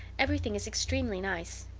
everything is extremely nice,